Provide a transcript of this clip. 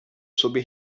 sobre